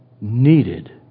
needed